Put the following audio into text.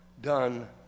done